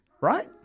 right